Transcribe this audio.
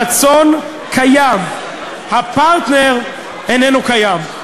הרצון קיים, הפרטנר איננו קיים.